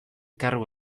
kargu